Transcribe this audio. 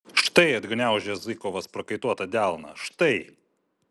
štai atgniaužia zykovas prakaituotą delną štai